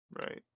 Right